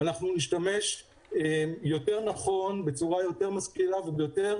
אנחנו נשתמש יותר נכון בצורה יותר משכילה וביותר